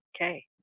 Okay